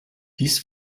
dies